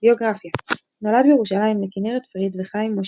ביוגרפיה נולד בירושלים לכנרת פריד וחיים משה,